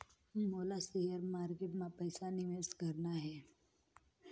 मोला share market मां पइसा निवेश करना हे?